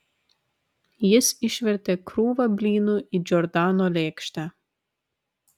jis išvertė krūvą blynų į džordano lėkštę